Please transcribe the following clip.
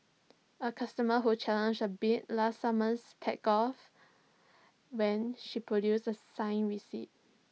A customer who challenged A bill last summer backed off when she produced A signed receipt